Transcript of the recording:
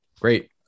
Great